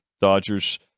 Dodgers